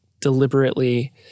deliberately